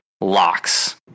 locks